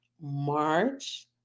March